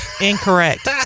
Incorrect